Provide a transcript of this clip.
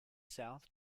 south